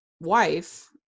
wife